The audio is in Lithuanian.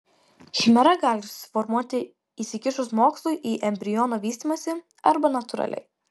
chimera gali susiformuoti įsikišus mokslui į embriono vystymąsi arba natūraliai